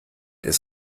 ist